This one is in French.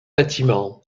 bâtiments